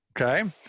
Okay